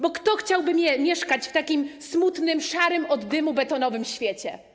Bo kto chciałby mieszkać w takim smutnym, szarym od dymu, betonowym świecie?